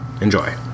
Enjoy